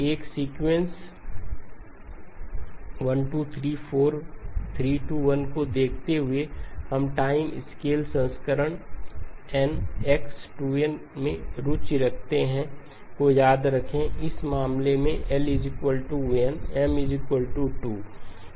एक सीक्वेंस 1 2 3 4 5 4 3 2 1 को देखते हुए हम टाइम स्केल संस्करण y1nx 2nमें रुचि रखते हैं ML को याद रखें इस मामले में L 1 M 2